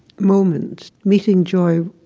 moment meeting joy.